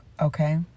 okay